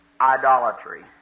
idolatry